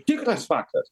tikras faktas